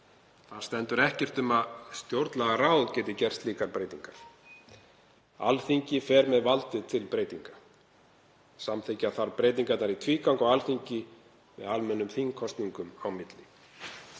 Þar stendur ekkert um að stjórnlagaráð geti gert slíkar breytingar. Alþingi fer með valdið til breytinga. Samþykkja þarf breytingarnar í tvígang á Alþingi með almennum þingkosningum á milli.